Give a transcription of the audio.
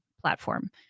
platform